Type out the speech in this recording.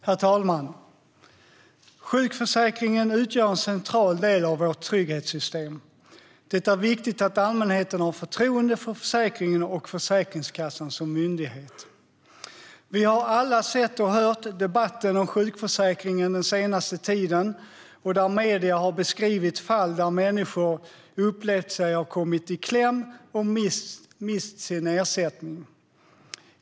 Herr talman! Sjukförsäkringen utgör en central del av vårt trygghetssystem. Det är viktigt att allmänheten har förtroende för försäkringen och Försäkringskassan som myndighet. Vi har alla sett och hört debatten om sjukförsäkringen den senaste tiden, där medierna har beskrivit fall där människor upplevt sig ha kommit i kläm och mist sin ersättning.